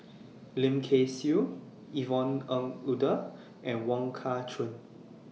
Lim Kay Siu Yvonne Ng Uhde and Wong Kah Chun